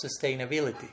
sustainability